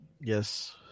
Yes